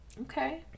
Okay